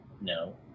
no